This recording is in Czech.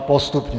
Postupně.